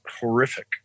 horrific